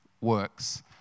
works